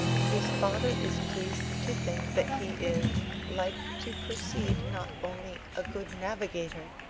his father is pleased to think that he is like to proceed not only a good navigator,